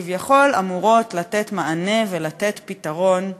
שכביכול אמורות לתת מענה ולתת פתרון לטרור.